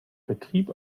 betrieb